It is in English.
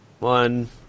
One